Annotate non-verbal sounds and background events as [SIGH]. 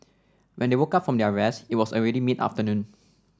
when they woke up from their rest it was already mid afternoon [NOISE]